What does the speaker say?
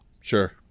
Sure